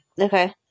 Okay